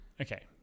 Okay